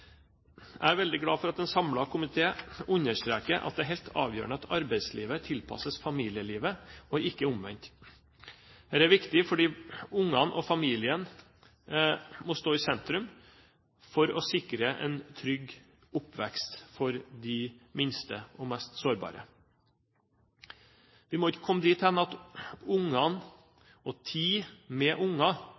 Jeg er veldig glad for at en samlet komité understreker at det er helt avgjørende at arbeidslivet tilpasses familielivet og ikke omvendt. Dette er viktig fordi ungene og familien må stå i sentrum for å sikre en trygg oppvekst for de minste og mest sårbare. Vi må ikke komme dit hen at ungene, tid med unger